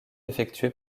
effectué